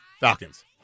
Falcons